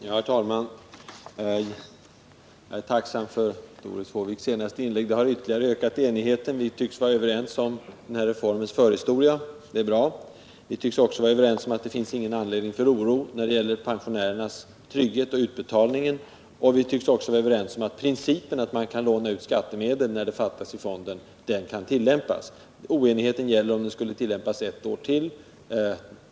Herr talman! Jag är tacksam för Doris Håviks senaste inlägg. Det har ytterligare ökat enigheten. Vi tycks vara överens om den här reformens förhistoria — det är bra. Vi tycks också vara överens om att det inte finns någon anledning till oro när det gäller pensionärernas trygghet och utbetalningen av pensionerna. Och vi tycks vara överens om principen att man kan låna av skattemedel när det fattas i fonden. Oenigheten gäller om denna princip skulle tillämpas ett år till.